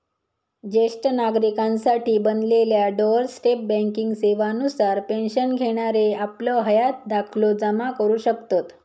ज्येष्ठ नागरिकांसाठी बनलेल्या डोअर स्टेप बँकिंग सेवा नुसार पेन्शन घेणारे आपलं हयात दाखलो जमा करू शकतत